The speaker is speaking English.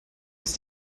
was